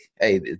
Hey